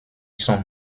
sont